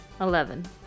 Eleven